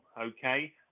okay